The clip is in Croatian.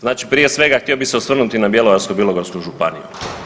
Znači prije svega, htio bih se osvrnuti na Bjelovarsko-bilogorsku županiju.